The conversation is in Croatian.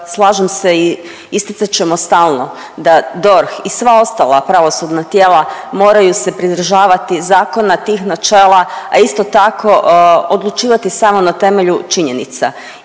slažem se i isticat ćemo stalno da DORH i sva ostala pravosudna tijela moraju se pridržavati zakona tih načela, a isto tako odlučivati samo na temelju činjenica.